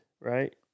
right